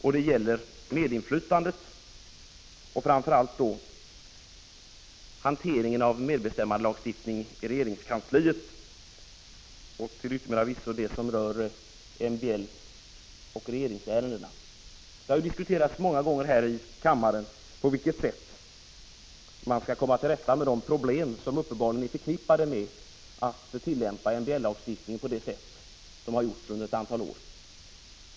Jag avser medinflytandet och framför allt regeringskansliets hantering av medbestämmandelagstiftningen. Vi har ju många gånger diskuterat här i kammaren hur man skall gå till väga för att komma till rätta med de problem som uppenbarligen är förknippade med den tillämpning av MBL-lagstiftningen som förekommit under ett antal år.